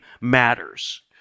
matters